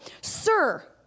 sir